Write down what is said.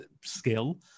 skill